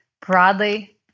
Broadly